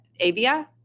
Avia